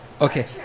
okay